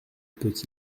peut